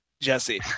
Jesse